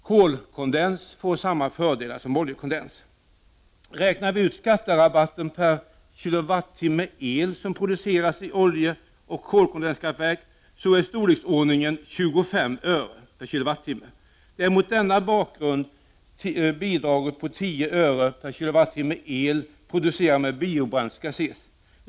Kolkondens får samma fördelar som oljekondens. Räknar vi ut skatterabatten per kilovattimme el som produceras i oljeoch kolkondenskraftverk är storleksordningen 25 öre kWh el producerad med biobränsle skall ses.